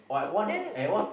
then